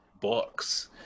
books